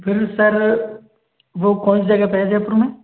फिर सर वो कौन से जगह पर है जयपुर में